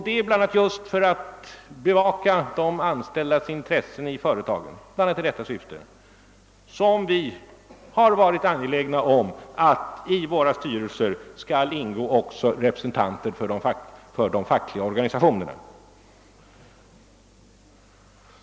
Det är bl.a. just för att bevaka de anställdas intressen som vi har varit angelägna om att det i våra företags styrelser skall ingå också representanter för de fackliga organisationerna.